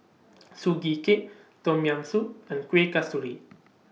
Sugee Cake Tom Yam Soup and Kuih Kasturi